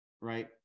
right